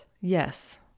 Yes